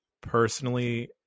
personally